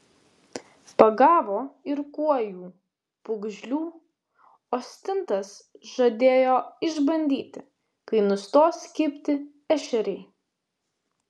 pagavo ir kuojų pūgžlių o stintas žadėjo išbandyti kai nustos kibti ešeriai